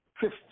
fifth